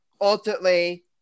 ultimately